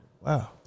Wow